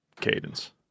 cadence